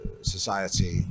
society